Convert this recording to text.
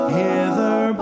hither